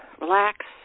relax